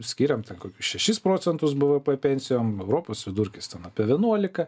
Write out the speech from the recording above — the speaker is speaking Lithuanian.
skiriam ten kokius šešis procentus bvp pensijom europos vidurkis tam apie vienuolika